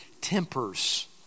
tempers